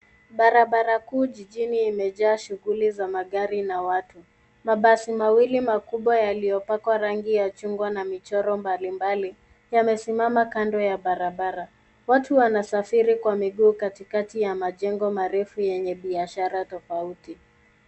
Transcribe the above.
Barabara kuu jijini limejaa shughuli za magari na watu. Mabasi mawili makubwa yaliyopakwa rangi ya chungwa na michoro mbalimbali yamesimama kando ya barabara. Watu wanasafiri kwa miguu katikati ya majengo marefu yenye biashara tofauti.